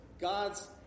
God's